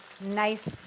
nice